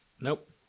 Nope